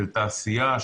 של תעשייה,